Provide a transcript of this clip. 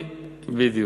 בדיוק.